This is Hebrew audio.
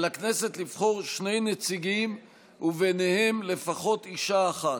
על הכנסת לבחור שני נציגים וביניהם לפחות אישה אחת.